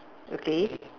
okay